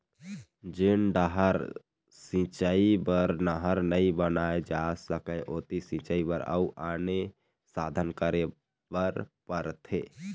जेन डहर सिंचई बर नहर नइ बनाए जा सकय ओती सिंचई बर अउ आने साधन करे बर परथे